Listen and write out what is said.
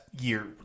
year